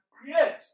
create